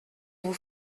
vous